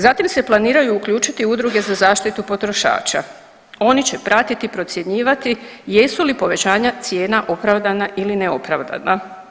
Zatim se planiraju uključiti udruge za zaštitu potrošača, oni će pratiti, procjenjivati jesu li povećanja cijena opravdana ili neopravdana.